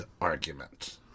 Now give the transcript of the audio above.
argument